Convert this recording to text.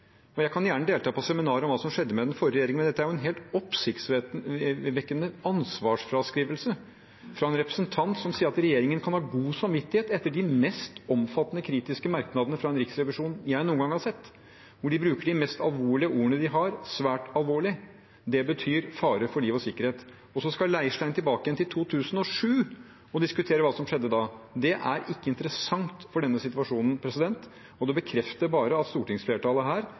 regjeringen. Jeg kan gjerne delta på seminar om hva som skjedde med den forrige regjeringen, men dette er en helt oppsiktsvekkende ansvarsfraskrivelse fra en representant som sier at regjeringen kan ha god samvittighet etter de mest omfattende kritiske merknadene fra en riksrevisjon jeg noen gang har sett. De bruker de mest alvorlige ordene de har: «svært alvorlig». Det betyr fare for liv og sikkerhet. Og så skal Leirstein tilbake til 2007 og diskutere hva som skjedde da. Det er ikke interessant for denne situasjonen. Det bekrefter bare at stortingsflertallet her,